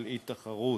של אי-תחרות,